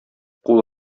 кул